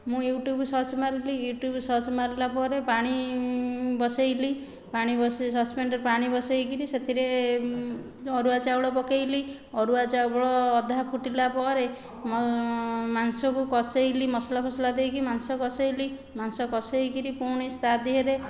ମୁଁ YouTube search ମାରିଲି YouTube search ମାରିଲା ପରେ ପାଣି ବସାଇଲି ପାଣି ବସାଇ ସସ୍ପ୍ୟାନ୍ରେ ପାଣି ବସାଇ କରି ସେଥିରେ ଅରୁଆ ଚାଉଳ ପକାଇଲି ଅରୁଆ ଚାଉଳ ଅଧା ଫୁଟିଲା ପରେ ମାଂସକୁ କଷାଇଲି ମସଲା ଫସଲା ଦେଇକି ମାଂସ କଷାଇଲି ମାଂସ କଷାଇ କରି ପୁଣି ତା'ଦେହରେ